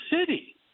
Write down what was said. city